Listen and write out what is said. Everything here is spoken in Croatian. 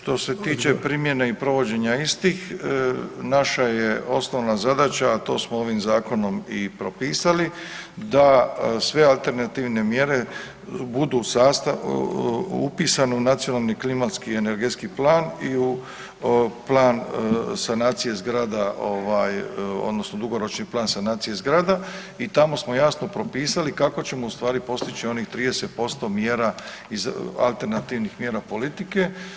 Što se tiče primjene i provođenja istih naša je osnovna zadaća, a to smo ovim zakonom i propisali, da sve alternativne mjere budu upisane u Nacionalni klimatski i energetski plan i u Plan sanacije zgrada ovaj odnosno dugoročni plan sanacije zgrada i tamo smo jasno propisali kako ćemo u stvari postići onih 30% mjera iz alternativnih mjera politika.